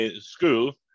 school